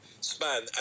span